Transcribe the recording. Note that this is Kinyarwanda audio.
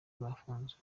bafunzwe